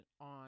on